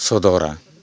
ᱥᱚᱫᱚᱨᱟ